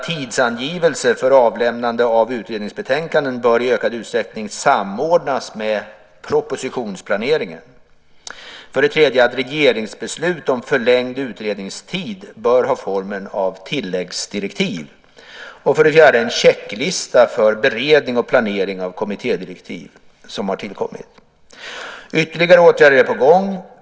Tidsangivelser för avlämnande av utredningsbetänkanden bör i ökad utsträckning samordnas med propositionsplaneringen. Regeringsbeslut om förlängd utredningstid bör ha formen av tilläggsdirektiv. En checklista för beredning och planering av kommittédirektiv har tillkommit. Ytterligare åtgärder är på gång.